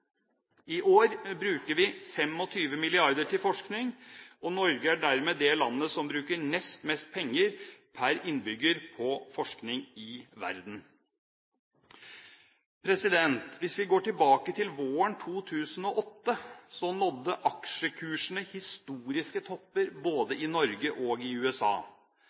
I år bruker vi 25 mrd. kr til forskning, og Norge er dermed det landet som bruker nest mest penger per innbygger på forskning i verden. Hvis vi går tilbake til våren 2008, nådde aksjekursene historiske topper både i Norge og i USA.